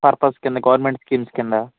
purpose కింద government schemes కింద